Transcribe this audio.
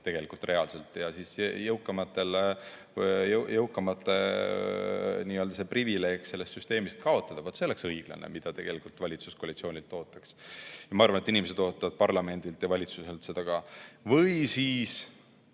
tegelikult reaalselt, ja siis jõukamatel see privileeg sellest süsteemist kaotada. See oleks õiglane, seda tegelikult valitsuskoalitsioonilt ootaks. Ma arvan, et inimesed ootavad parlamendilt ja valitsuselt seda ka. Või teha